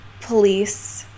police